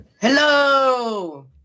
Hello